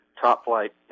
top-flight